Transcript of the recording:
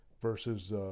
versus